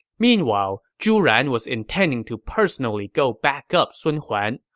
meanwhile, zhu ran was intending to personally go back up sun huan,